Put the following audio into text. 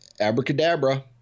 Abracadabra